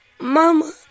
Mama